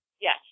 yes